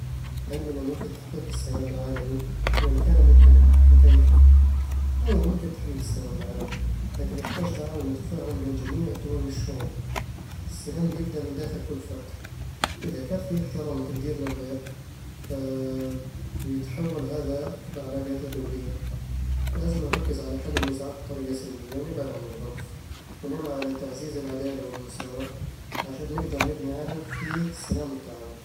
هل من الممكن تحقيق السلام العالمي؛ وإن كان ممكنًا، فكيف؟ ايوه، ممكن تحقيق السلام العالمي، لكن يحتاج تعاون وتفاهم بين جميع الدول والشعوب السلام يبدأ من داخل كل فرد، إذا كان في احترام وتقدير للغير، فبيتحول هذا في العلاقات الدولية لازم نركز على حل النزاعات بطرق سلمية، ونبعد عن العنف، ونعمل على تعزيز العدالة والمساواة، عشان نقدر نبني عالم فيه السلام والتعاون